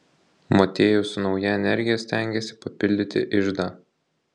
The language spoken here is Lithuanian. motiejus su nauja energija stengėsi papildyti iždą